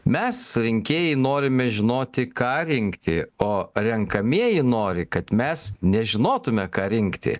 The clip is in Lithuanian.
mes rinkėjai norime žinoti ką rinkti o renkamieji nori kad mes nežinotume ką rinkti